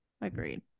agreed